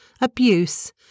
abuse